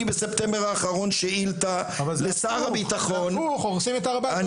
אבל זה הפוך, הורסים את הר הבית, לא את אל אקצא.